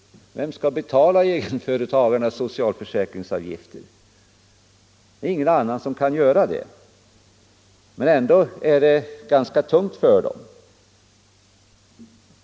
Det finns ingen annan än egenföretagaren själv som kan göra det, men det är ganska tungt.